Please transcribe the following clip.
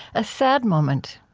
a sad moment?